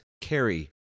carry